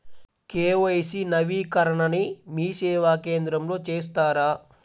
KYC నవీకరణని మీసేవా కేంద్రం లో చేస్తారా?